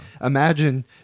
imagine